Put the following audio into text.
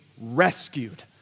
rescued